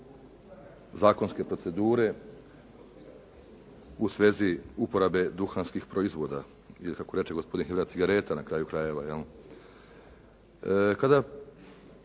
zakonske procedure u svezi uporabe duhanskih proizvoda ili kako reče gospodin Hrelja cigareta na kraju krajeva